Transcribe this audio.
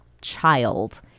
child